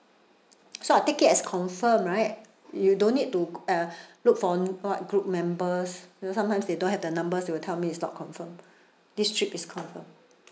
so I'll take it as confirm right you don't need to uh look for what group members you know sometimes they don't have the numbers they will tell me it's not confirm this trip is confirmed